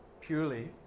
purely